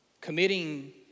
Committing